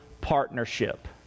partnership